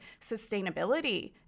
sustainability